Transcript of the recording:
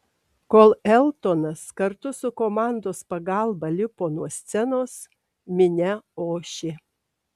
kol eltonas kartu su komandos pagalba lipo nuo scenos minia ošė